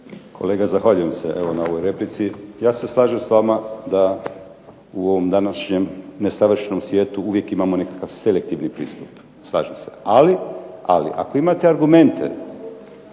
Kolega zahvaljujem se evo na ovoj replici. Ja se slažem s vama da u ovom današnjem nesavršenom svijetu uvijek imamo nekakav selektivan pristup, slažem se. Ali ako imate argumente